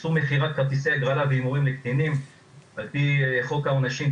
איסור מכירת כרטיסי הגרלה והימורים לקטינים על פי חוק העונשין,